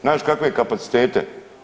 Znaš kakve kapacitete.